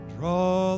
Draw